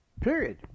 Period